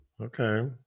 Okay